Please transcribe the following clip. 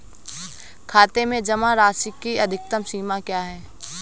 खाते में जमा राशि की अधिकतम सीमा क्या है?